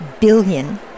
Billion